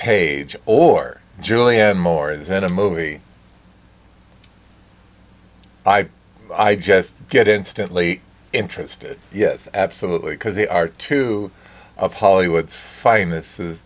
page or julianne moore is in a movie i just get instantly interested yes absolutely because they are two of hollywood's fi